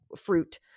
fruit